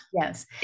Yes